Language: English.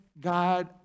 God